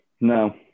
No